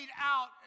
out